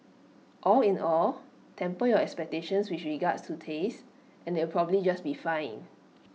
all in all temper your expectations with regards to taste and it'll probably just be fine